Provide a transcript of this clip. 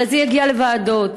הרי זה יגיע לוועדות,